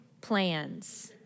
plans